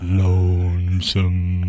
lonesome